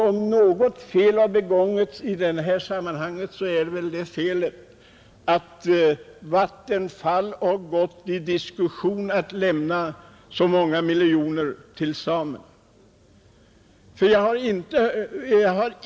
Om något fel begåtts i detta sammanhang är det väl att Vattenfall har gett sig in i diskussion om att lämna så många miljoner till samerna.